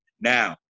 Now